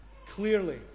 Clearly